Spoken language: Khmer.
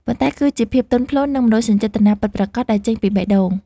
ប៉ុន្តែគឺជាភាពទន់ភ្លន់ និងមនោសញ្ចេតនាពិតប្រាកដដែលចេញពីបេះដូង។